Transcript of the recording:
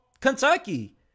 Kentucky